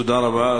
תודה רבה.